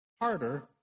harder